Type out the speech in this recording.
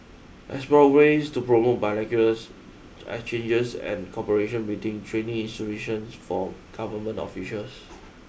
explore ways to promote bilaterals exchanges and cooperation between training institutions for government officials